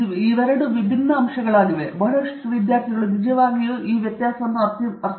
ಇವುಗಳು ಎರಡು ವಿಭಿನ್ನ ಅಂಶಗಳಾಗಿವೆ ಬಹಳಷ್ಟು ವಿದ್ಯಾರ್ಥಿಗಳು ನಿಜವಾಗಿಯೂ ಈ ವ್ಯತ್ಯಾಸವನ್ನು ಅರ್ಥಮಾಡಿಕೊಳ್ಳಲಾಗಿಲ್ಲ